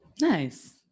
Nice